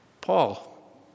Paul